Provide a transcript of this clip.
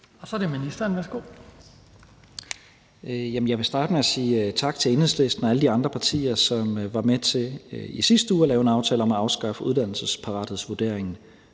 (Mattias Tesfaye): Jeg vil starte med at sige tak til Enhedslisten og alle de andre partier, som i sidste uge var med til at lave en aftale om at afskaffe uddannelsesparathedsvurderingen